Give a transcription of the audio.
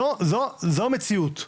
זו המציאות.